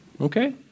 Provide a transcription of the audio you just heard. okay